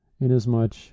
inasmuch